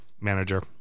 manager